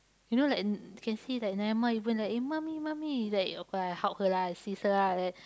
you know like n~ can see like Naimah even like eh mummy mummy like okay ah I help her lah assist her like